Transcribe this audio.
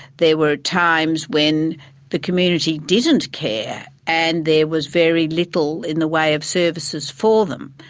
there were times when the community didn't care, and there was very little in the way of services for them.